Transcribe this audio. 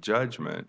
judgment